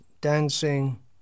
dancing